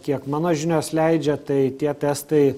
kiek mano žinios leidžia tai tie testai